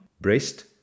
breast